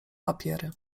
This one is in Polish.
papiery